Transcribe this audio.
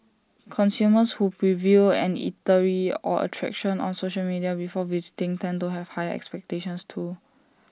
consumers who preview an eatery or attraction on social media before visiting tend to have higher expectations too